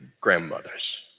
grandmothers